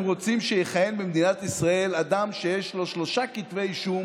רוצים שיכהן במדינת ישראל אדם שיש לו שלושה כתבי אישום